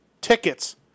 tickets